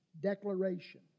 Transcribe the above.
declaration